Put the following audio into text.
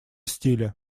стиля